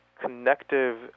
connective